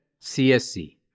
CSC